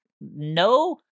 No